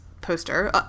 poster